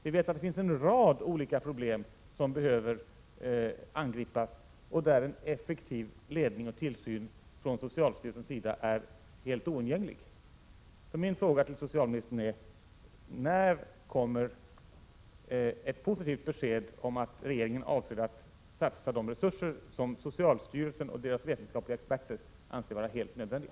Vi vet att det finns en rad olika problem som behöver angripas och där en effektiv ledning och tillsyn från socialstyrelsens sida är helt oundgänglig. Min fråga till socialministern är därför: När kommer ett positivt besked om att regeringen avser att satsa de resurser som socialstyrelsen och dess vetenskapliga experter anser vara helt nödvändiga?